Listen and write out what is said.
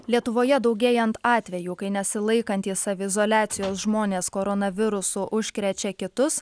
lietuvoje daugėjant atvejų kai nesilaikantys saviizoliacijos žmonės koronavirusu užkrečia kitus